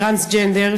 טרנסג'נדר,